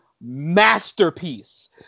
masterpiece